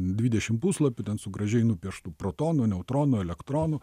dvidešim puslapių su gražiai nupieštu protonu neutronu elektronu